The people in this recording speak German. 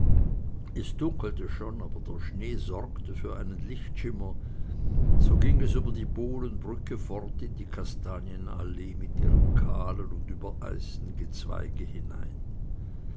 es dunkelte schon aber der schnee sorgte für einen lichtschimmer so ging es über die bohlenbrücke fort in die kastanienallee mit ihrem kahlen und übereisten gezweige hinein